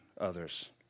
others